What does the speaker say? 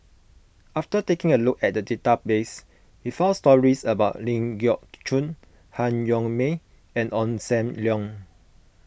after taking a look at the database we found stories about Ling Geok Choon Han Yong May and Ong Sam Leong